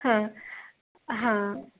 हां हां